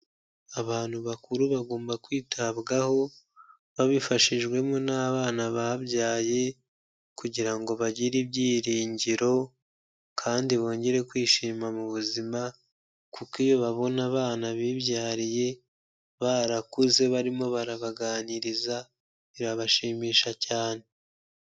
Abantu bakuru bagomba kwitabwaho babifashijwemo n'abana babyaye kugira ngo bagire ibyiringiro kandi bongere kwishima mu buzima kuko iyo babona abana bibyariye barakuze barimo barabaganiriza birabashimisha cyane.